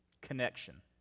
connection